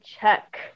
check